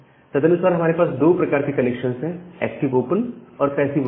तदनुसार हमारे पास दो प्रकार के कनेक्शन है एक्टिव ओपन और पैसिव ओपन